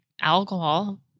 alcohol